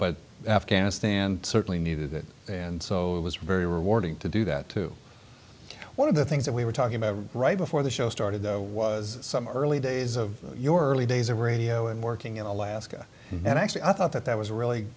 but afghanistan certainly needed it and so it was very rewarding to do that to one of the things that we were talking about right before the show started there was some early days of your early days of radio and working in alaska and actually i thought that that was really